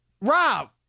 Rob